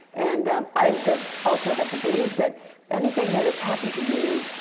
and i've the also had the belief that anything that has happened to you,